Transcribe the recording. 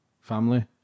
family